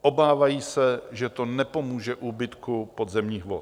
Obávají se, že to nepomůže úbytku podzemních vod.